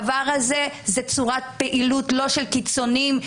זאת צורת פעילות לא של קיצונים,